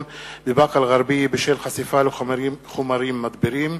בבאקה-אל-ע'רביה בשל חשיפה לחומרים מדבירים,